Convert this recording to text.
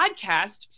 podcast